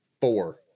four